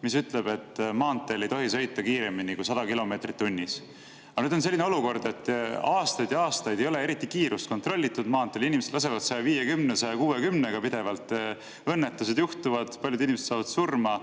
mis ütleb, et maanteel ei tohi sõita kiiremini kui 100 kilomeetrit tunnis. Aga nüüd on näiteks selline olukord, et aastaid ja aastaid ei ole eriti kiirust kontrollitud maanteel, inimesed lasevad 150–160-ga pidevalt, õnnetused juhtuvad, paljud inimesed saavad surma.